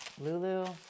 Lulu